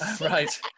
Right